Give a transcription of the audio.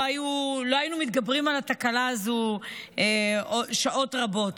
לא היינו מתגברים על התקלה הזאת עוד שעות רבות.